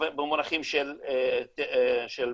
במונחים של פיתוח.